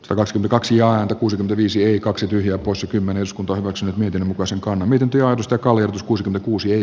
rosinkaksiaan kuusi viisi ei kaksi tyhjää poissa kymmenes kun painokset miten osinkona miten työ josta kallio kuusikymmentäkuusi